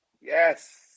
Yes